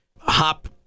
hop